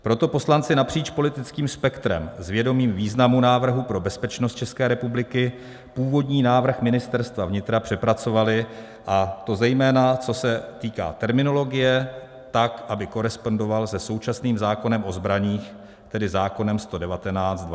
Proto poslanci napříč politickým spektrem s vědomím významu návrhu pro bezpečnost ČR původní návrh Ministerstva vnitra přepracovali, a to zejména co se týká terminologie, tak, aby korespondoval se současným zákonem o zbraních, tedy zákonem č. 119/2002 Sb.